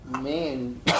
man